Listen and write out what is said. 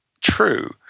true